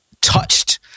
touched